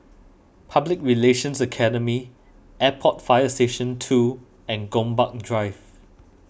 Public Relations Academy Airport Fire Station two and Gombak Drive